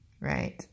Right